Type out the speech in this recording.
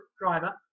driver